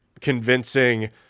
convincing